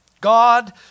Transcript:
God